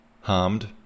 Harmed